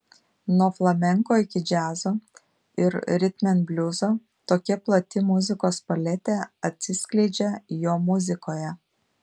nuo flamenko iki džiazo ir ritmenbliuzo tokia plati muzikos paletė atsiskleidžia jo muzikoje